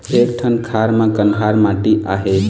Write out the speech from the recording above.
एक ठन खार म कन्हार माटी आहे?